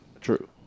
true